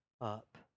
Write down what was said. Up